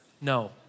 No